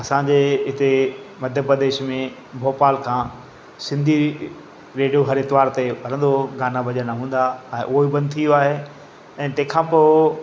असांजे हिते मध्य प्रदेश में भोपाल खां सिंधी रेडियो हर आरितवारु ते हलंदो हुओ गाना भॼन हूंदा ऐं उहो ई बंदि थी वियो आहे ऐं तंहिंखां पोइ